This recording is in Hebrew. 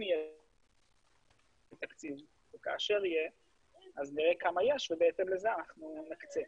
אם יהיה תקציב וכאשר יהיה אז נראה כמה יש ובהתאם לזה נקצה.